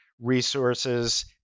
resources